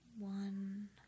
One